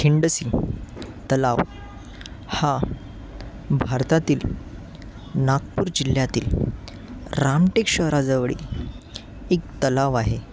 खिंडसी तलाव हा भारतातील नागपूर जिल्ह्यातील रामटेक शहराजवळील एक तलाव आहे